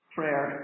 Prayer